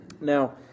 Now